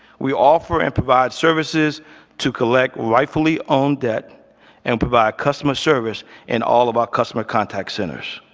we offer and provide services to collect rightfully owned debt and provide customer service in all of our customer contact centers.